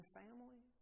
family